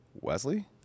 Wesley